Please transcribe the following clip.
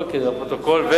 אוקיי, לפרוטוקול.